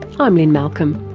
i'm lynne malcolm,